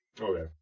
Okay